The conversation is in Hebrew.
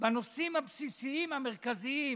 בנושאים הבסיסיים, המרכזיים,